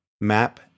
map